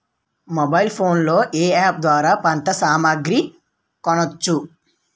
Mobile phone లో ఏ app ద్వారా పంట సామాగ్రి కొనచ్చు?